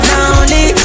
Lonely